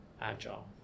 agile